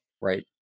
right